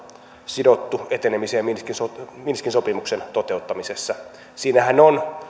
sidottu etenemiseen minskin sopimuksen toteuttamisessa siinähän on